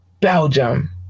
Belgium